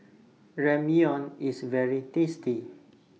Ramyeon IS very tasty